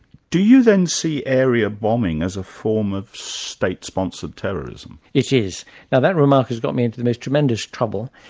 do you then see area bombing as a form of state-sponsored terrorism? it is. now that remark has got me into the most tremendous trouble,